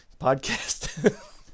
podcast